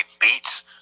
beats